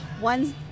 One